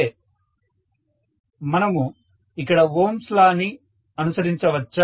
student మనము ఇక్కడ ohm's law ohm's law ని అనుసరించవచ్చా